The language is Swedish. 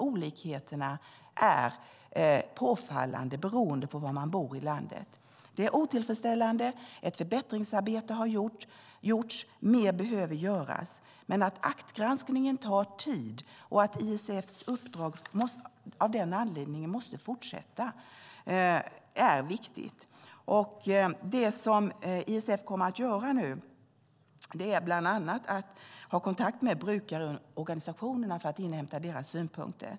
Olikheterna är påfallande beroende på var man bor i landet. Det är otillfredsställande. Ett förbättringsarbete har gjorts, och mer behöver göras. Aktgranskningen tar tid, och att ISF:s uppdrag av den anledningen måste fortsätta är viktigt. Det som ISF nu kommer att göra är bland annat att ha kontakt med brukarorganisationerna för att inhämta deras synpunkter.